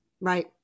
Right